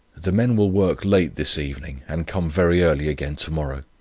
the men will work late this evening, and come very early again to-morrow